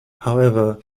however